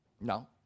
No